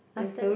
after that